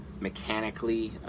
mechanically